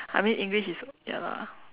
I mean English is ya lah